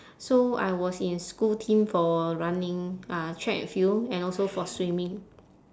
so I was in school team for running uh track and field and also for swimming